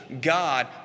God